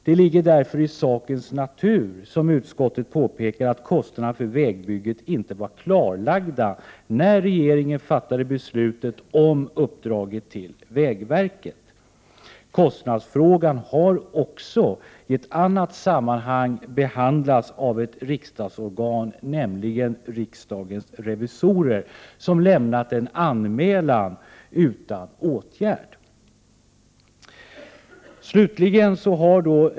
Det ligger därför i sakens natur, som utskottet påpekar, att kostnaderna för vägbygget inte var klarlagda när regeringen fattade beslutet om uppdraget till vägverket. Kostnadsfrågan har också i annat sammanhang behandlats av ett riksdagsorgan, nämligen riksdagens revisorer, som lämnat en anmälan utan åtgärd.